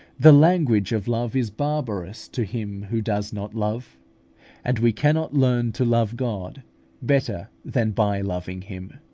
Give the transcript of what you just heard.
the language of love is barbarous to him who does not love and we cannot learn to love god better than by loving him.